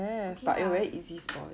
okay lah